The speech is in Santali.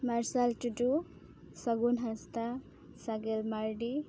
ᱢᱟᱨᱥᱟᱞ ᱴᱩᱰᱩ ᱥᱟᱹᱜᱩᱱ ᱦᱟᱸᱥᱫᱟ ᱥᱟᱜᱮᱞ ᱢᱟᱨᱰᱤ